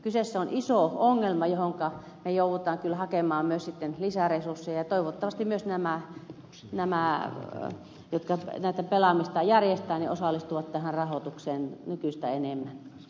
kyseessä on iso ongelma johonka me joudumme kyllä hakemaan sitten myös lisäresursseja ja toivottavasti myös nämä jotka tätä pelaamista järjestävät osallistuvat tähän rahoitukseen nykyistä enemmän